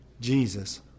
Jesus